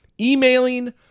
emailing